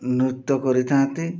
ନୃତ୍ୟ କରିଥାନ୍ତି